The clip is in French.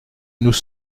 nous